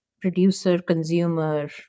producer-consumer